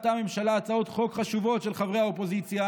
דחתה הממשלה הצעות חוק חשובות של חברי האופוזיציה